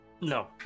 No